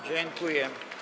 Dziękuję.